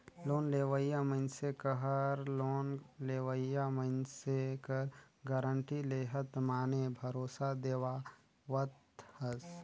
loan लेवइया मइनसे कहर लोन लेहोइया मइनसे कर गारंटी लेहत माने भरोसा देहावत हस